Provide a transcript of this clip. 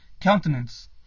countenance